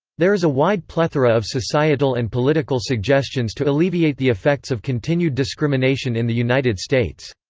there is a wide plethora of societal and political suggestions to alleviate the effects of continued discrimination in the united states.